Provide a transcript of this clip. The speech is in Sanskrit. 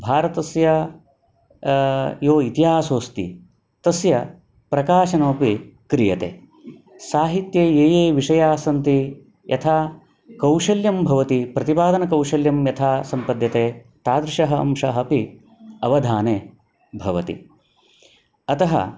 भारतस्य यो इतिहासोस्ति तस्य प्रकाशनमपि क्रियते साहित्ये ये ये विषयाः सन्ति यथा कौशल्यं भवति प्रतिपादनकौशल्यं यथा सम्पद्यते तादृशः अंशः अपि अवधाने भवति अतः